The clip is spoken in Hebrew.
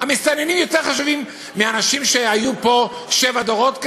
המסתננים יותר חשובים מאנשים שהיו שבעה דורות כאן?